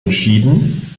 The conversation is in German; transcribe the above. entschieden